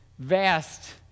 vast